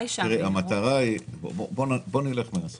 בואו נלך מן הסוף.